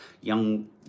young